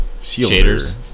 Shaders